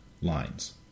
Lines